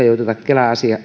joutuivat kelan